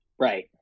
Right